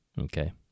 Okay